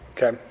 Okay